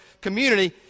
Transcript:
community